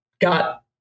got